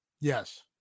Yes